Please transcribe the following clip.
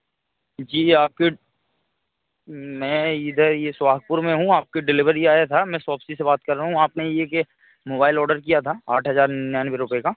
जी आपके मैं इधर यह सुहागपुर में हूँ आपके डेलिवरी आया था मैं शॉपसी से बात कर रहा हूँ आपने यह एक मोबाइल ऑर्डर किया था आठ हज़ार निन्यानवे रुपये का